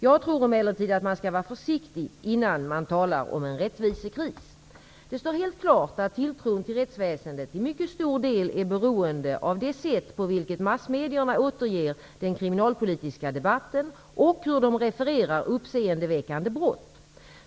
Jag tror emellertid att man skall vara försiktig innan man talar om en rättvisekris. Det står helt klart att tilltron till rättsväsendet till mycket stor del är beroende av det sätt på vilket massmedierna återger den kriminalpolitiska debatten och hur de refererar uppseendeväckande brott.